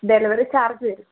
delivery charge വരും